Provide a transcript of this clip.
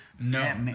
No